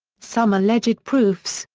some alleged proofs,